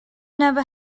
never